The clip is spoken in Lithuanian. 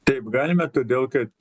taip galime todėl kad